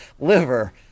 liver